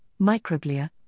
microglia